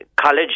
college